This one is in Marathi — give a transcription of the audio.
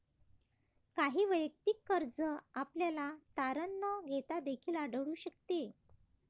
काही वैयक्तिक कर्ज आपल्याला तारण न घेता देखील आढळून शकते